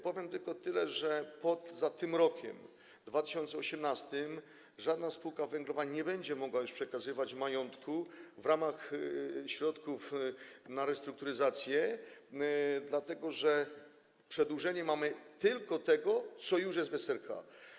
Powiem tylko tyle, że poza rokiem 2018 żadna spółka węglowa nie będzie mogła już przekazywać majątku w ramach środków na restrukturyzację, dlatego że przedłużenie dotyczy tylko tego, co już jest w ramach SRK.